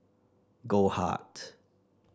goldheart